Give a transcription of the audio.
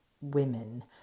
women